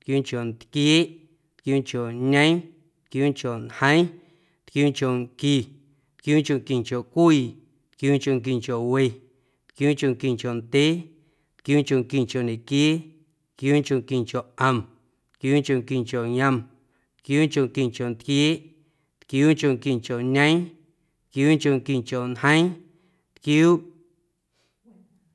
ntquiuuncho ntquieeꞌ, ntquiuuncho ñeeⁿ, ntquiuuncho ñjeeⁿ, ntquiuunchonqui, ntquiuunchonquincho cwii, ntquiuunchonquincho we, ntquiuunchonquincho ndyee, ntquiuunchonquincho ñequiee, ntquiuunchonquincho ꞌom, ntquiuunchonquincho yom, ntquiuunchonquincho ntquieeꞌ, ntquiuunchonquincho ñeeⁿ, ntquiuunchonquincho ñjeeⁿ, ntquiuuꞌ.